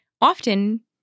Often